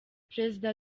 perezida